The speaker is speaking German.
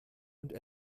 und